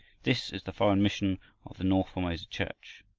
this is the foreign mission of the north formosa church.